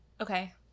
Okay